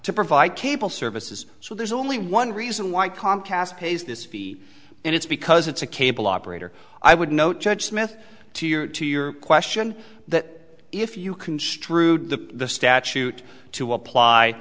to provide cable services so there's only one reason why comcast pays this fee and it's because it's a cable operator i would note judge smith to your to your question that if you construed the statute to